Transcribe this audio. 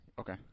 Okay